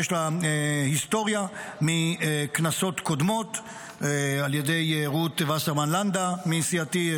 יש לה היסטוריה מכנסות קודמות על ידי רות וסרמן לנדה מסיעתי,